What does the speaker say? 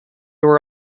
were